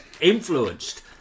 influenced